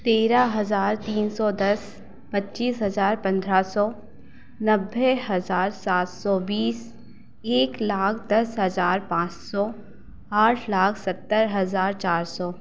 तेरा हज़ार तीन सौ दस पच्चीस हज़ार पंद्रह सौ नब्बे हज़ार सात सौ बीस एक लाख दस हज़ार पाँच सौ आठ लाख सत्तर हज़ार चार सौ